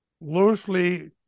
loosely